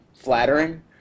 flattering